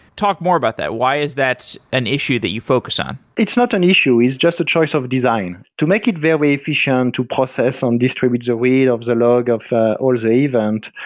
talk more about that. why is that an issue that you focus on? it's not an issue. it's just a choice of design. to make it very efficient to process on distribute the read of the log of all the event,